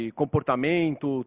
comportamento